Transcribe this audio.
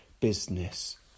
business